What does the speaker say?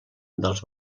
dels